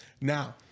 Now